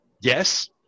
yes